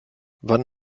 wann